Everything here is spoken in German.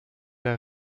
der